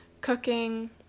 cooking